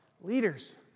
Leaders